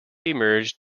emerged